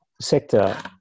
sector